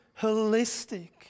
holistic